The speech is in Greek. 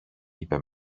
είπε